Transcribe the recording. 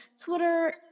Twitter